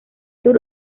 sur